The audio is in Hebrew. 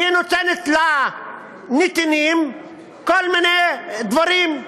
היא נותנת לנתינים כל מיני דברים,